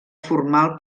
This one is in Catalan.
formal